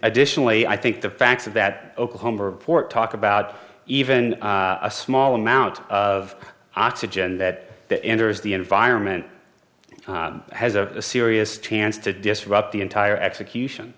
additionally i think the fact that oklahoma report talk about even a small amount of oxygen that enters the environment has a serious chance to disrupt the entire execution